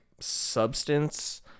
substance